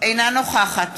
אינה נוכחת